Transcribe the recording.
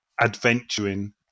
adventuring